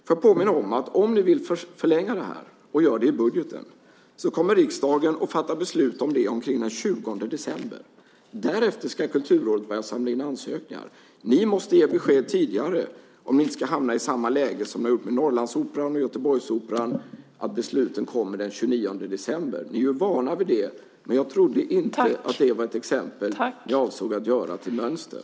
Får jag påminna om att om ni vill förlänga det här och gör det i budgeten kommer riksdagen att fatta beslut om det omkring den 20 december. Därefter ska Kulturrådet läsa ansökningar. Ni måste ge besked tidigare, om ni inte ska hamna i samma läge som ni har gjort med Norrlandsoperan och Göteborgsoperan, att besluten kommer den 29 december. Vi är vana vid det, men jag trodde inte att det var ett exempel som ni avsåg att göra till mönster.